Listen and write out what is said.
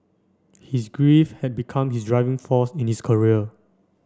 his grief had become his driving force in his career